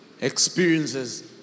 experiences